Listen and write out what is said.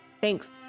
Thanks